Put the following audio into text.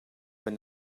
wenn